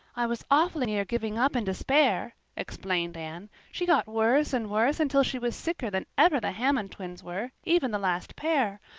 i was awfully near giving up in despair, explained anne. she got worse and worse until she was sicker than ever the hammond twins were, even the last pair.